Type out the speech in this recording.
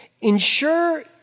Ensure